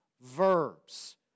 verbs